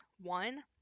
One